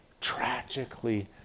tragically